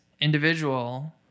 individual